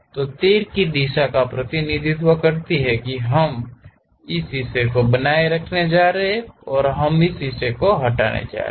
तो तीर की दिशा प्रतिनिधित्व करती है कि हम इस हिस्से को बनाए रखने जा रहे हैं और हम इस हिस्से को हटाने जा रहे हैं